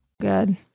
Good